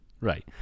Right